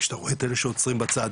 כשאתה רואה את אלה שעוצרים בצד,